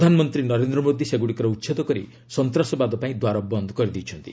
ପ୍ରଧାନମନ୍ତ୍ରୀ ନରେନ୍ଦ୍ର ମୋଦି ସେଗୁଡ଼ିକର ଉଚ୍ଛେଦ କରି ସନ୍ତାସବାଦ ପାଇଁ ଦ୍ୱାର ବନ୍ଦ କରିଦେଇଛନ୍ତି